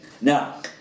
Now